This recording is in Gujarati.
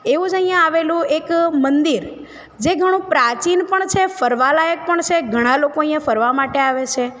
એવું જ અહીંયા આવેલું એક મંદિર જે ઘણું પ્રાચીન પણ છે ફરવાલાયક પણ છે ઘણા લોકો અહીંયા ફરવા માટે આવે છે